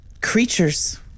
creatures